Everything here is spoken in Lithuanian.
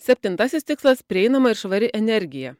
septintasis tikslas prieinama ir švari energija